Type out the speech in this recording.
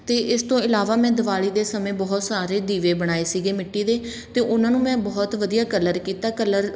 ਅਤੇ ਇਸ ਤੋਂ ਇਲਾਵਾ ਮੈਂ ਦਿਵਾਲੀ ਦੇ ਸਮੇਂ ਬਹੁਤ ਸਾਰੇ ਦੀਵੇ ਬਣਾਏ ਸੀਗੇ ਮਿੱਟੀ ਦੇ ਅਤੇ ਉਹਨਾਂ ਨੂੰ ਮੈਂ ਬਹੁਤ ਵਧੀਆ ਕਲਰ ਕੀਤਾ ਕਲਰ